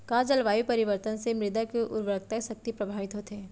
का जलवायु परिवर्तन से मृदा के उर्वरकता शक्ति प्रभावित होथे?